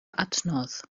adnodd